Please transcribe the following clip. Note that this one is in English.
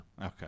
Okay